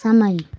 समय